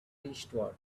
eastward